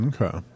Okay